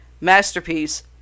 masterpiece